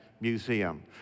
Museum